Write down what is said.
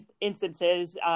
instances